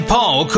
Paul